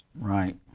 right